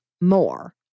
more